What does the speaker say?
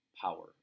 power